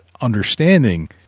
understanding